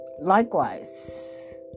Likewise